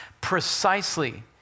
precisely